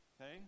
Okay